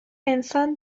انسان